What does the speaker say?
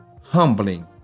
humbling